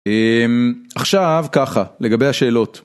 עכשיו ככה לגבי השאלות.